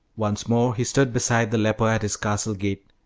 once more he stood beside the leper at his castle gate,